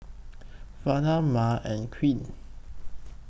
Vela Mya and Queen